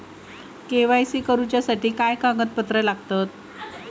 KYC करूच्यासाठी काय कागदपत्रा लागतत?